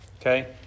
Okay